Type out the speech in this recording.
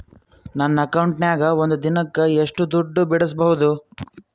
ನನ್ನ ಅಕೌಂಟಿನ್ಯಾಗ ಒಂದು ದಿನಕ್ಕ ಎಷ್ಟು ದುಡ್ಡು ಬಿಡಿಸಬಹುದು?